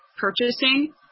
purchasing